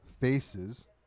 Faces